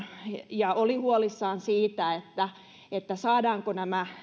ja oli huolissaan siitä saadaanko nämä